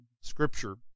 Scripture